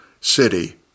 city